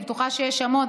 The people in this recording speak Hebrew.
אני בטוחה שיש שם עוד,